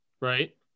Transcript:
right